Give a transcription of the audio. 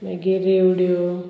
मागीर रेवडयो